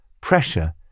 Pressure